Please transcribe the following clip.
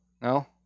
No